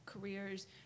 Careers